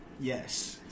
yes